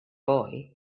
boy